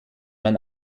man